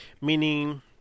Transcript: meaning